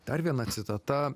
dar viena citata